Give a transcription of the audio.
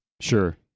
Sure